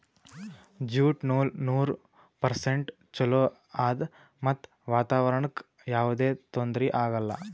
jute ನೂಲ್ ನೂರ್ percent ಚೊಲೋ ಆದ್ ಮತ್ತ್ ವಾತಾವರಣ್ಕ್ ಯಾವದೇ ತೊಂದ್ರಿ ಆಗಲ್ಲ